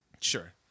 Sure